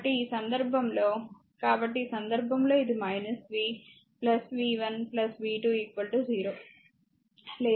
కాబట్టి ఈ సందర్భంలో కాబట్టి ఈ సందర్భంలో ఇది v v1 v2 0 లేదా v v 1 v 2